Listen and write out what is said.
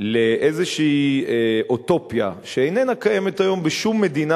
לאיזו אוטופיה, שאינה קיימת היום בשום מדינה